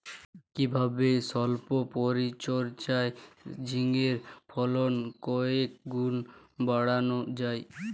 কিভাবে সল্প পরিচর্যায় ঝিঙ্গের ফলন কয়েক গুণ বাড়ানো যায়?